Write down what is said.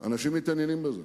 אנשים מתעניינים בזה.